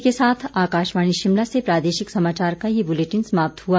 इसी के साथ आकाशवाणी शिमला से प्रादेशिक समाचार का ये बुलेटिन समाप्त हुआ